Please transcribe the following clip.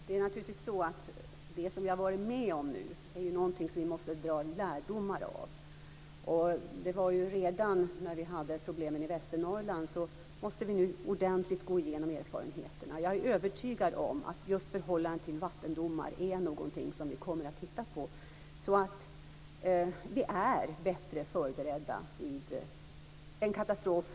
Fru talman! Det som vi har varit med om nu är någonting som vi måste dra lärdomar av. Vi hade redan tidigare problemen i Västernorrland. Nu måste vi ordentligt gå igenom erfarenheterna. Jag är övertygad om att just förhållandena vad gäller vattendomar är någonting vi kommer att titta på så att vi är bättre förberedda vid en ny katastrof.